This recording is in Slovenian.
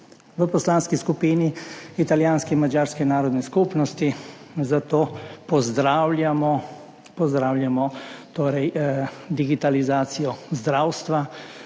V Poslanski skupini italijanske in madžarske narodne skupnosti zato pozdravljamo digitalizacijo zdravstva,